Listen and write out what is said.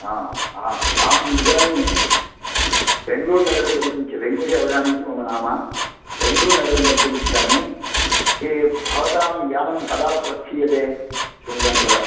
हा हा अहम् इदानीं बेङ्ग्ळूर् नगरं गन्तुमिच्छा वेङ्कटेश् अवधानी इति मम नाम बेङ्ग्ळूर् नगरं गन्तुम् इच्छामि तर्हि भवतां यानं कदा प्रस्थीयते शिवमोगानगरात्